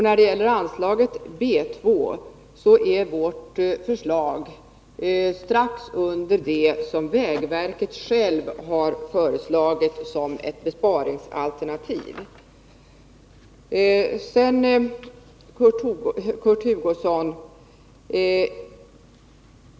När det gäller anslaget B 2 ligger vårt förslag strax under vad vägverket självt framfört som besparingsalternativ.